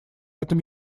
этом